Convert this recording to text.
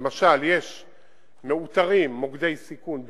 למשל, מאותרים מוקדי סיכון בין-עירוניים,